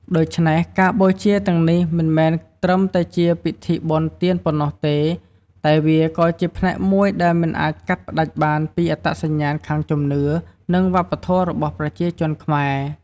ដូច្នេះ ការបូជាទាំងនេះមិនមែនត្រឹមតែជាពិធីបុណ្យទានប៉ុណ្ណោះទេ តែវាក៏ជាផ្នែកមួយដែលមិនអាចកាត់ផ្ដាច់បានពី អត្តសញ្ញាណខាងជំនឿ និងវប្បធម៌របស់ប្រជាជនខ្មែរ។